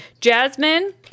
Jasmine